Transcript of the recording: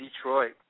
Detroit